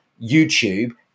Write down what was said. YouTube